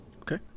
Okay